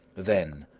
then,